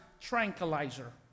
tranquilizer